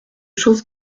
chose